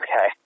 Okay